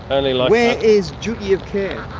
and ah where is duty of care?